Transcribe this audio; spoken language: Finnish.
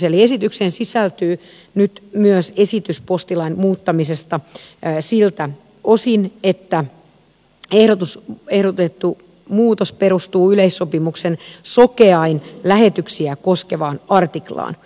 eli esitykseen sisältyy nyt myös esitys postilain muuttamisesta siltä osin että ehdotettu muutos perustuu yleissopimuksen sokeain lähetyksiä koskevaan artiklaan